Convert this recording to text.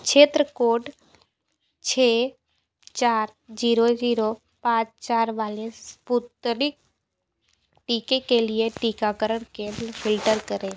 क्षेत्र कोड छः चार ज़ीरो ज़ीरो पाँच चार वाले स्पुतनिक टीके के लिए टीकाकरण केंद्र फ़िल्टर करें